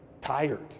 Tired